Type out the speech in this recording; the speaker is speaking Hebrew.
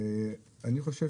אני חושב